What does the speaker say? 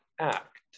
act